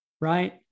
right